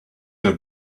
her